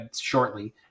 shortly